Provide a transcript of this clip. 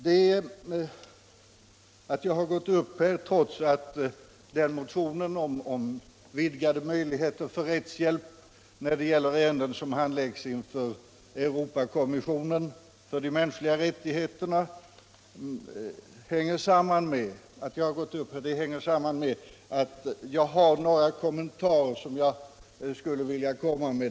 Herr Winbergs och min motion om vidgade möjligheter för rättshjälp när det gäller ärenden som handläggs inför Europakommissionen för de mänskliga rättigheterna har mottagits välvilligt. Jag har likväl några kommentarer jag skulle vilja komma med.